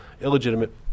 illegitimate